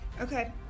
Okay